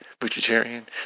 Vegetarian